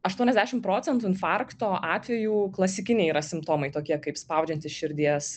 aštuoniasdešim procentų infarkto atvejų klasikiniai yra simptomai tokie kaip spaudžiantis širdies